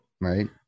right